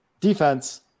defense